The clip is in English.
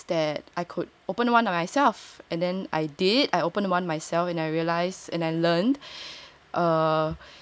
and then I realized that I could open one of myself and then I did I open one myself and I realized and I learned err